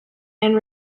and